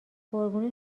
قربون